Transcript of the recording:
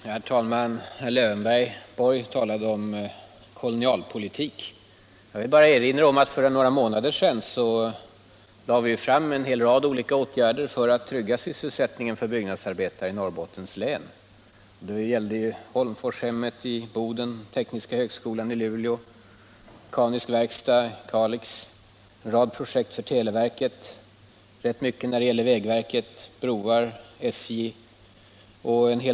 Herr talman! Herr Lövenborg talade om ”kolonialpolitik”. Jag vill bara erinra om att vi för några månader sedan presenterade en hel rad olika åtgärder för att trygga sysselsättningen för byggnadsarbetarna i Norrbottens län. De gällde Holmforshemmet i Boden, tekniska högskolan i Luleå, en mekanisk verkstad i Kalix, en rad projekt för televerket, rätt många åtgärder avseende vägverket, brobyggen, SJ osv.